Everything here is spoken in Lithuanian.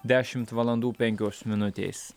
dešimt valandų penkios minutės